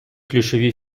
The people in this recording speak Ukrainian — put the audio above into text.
ключові